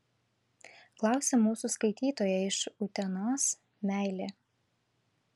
klausia mūsų skaitytoja iš utenos meilė